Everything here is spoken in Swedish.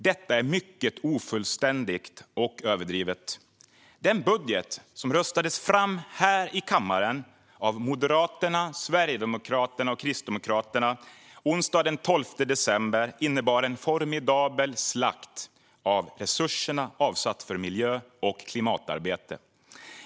Detta är mycket ofullständigt och överdrivet. Den budget som röstades fram här i kammaren av Moderaterna, Sverigedemokraterna och Kristdemokraterna onsdagen den 12 december innebar en formidabel slakt av resurserna avsatta för miljö och klimatarbete.